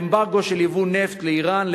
על אמברגו על ייבוא נפט מאירן,